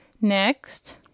Next